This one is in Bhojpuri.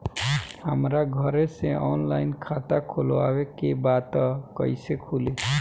हमरा घरे से ऑनलाइन खाता खोलवावे के बा त कइसे खुली?